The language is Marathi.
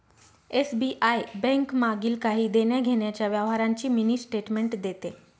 एस.बी.आय बैंक मागील काही देण्याघेण्याच्या व्यवहारांची मिनी स्टेटमेंट देते